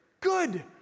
good